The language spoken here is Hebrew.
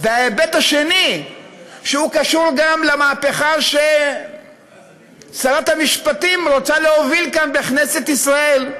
וההיבט השני קשור גם למהפכה ששרת המשפטים רוצה להוביל כאן בכנסת ישראל,